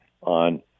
on